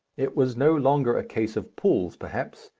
it was no longer a case of pools perhaps,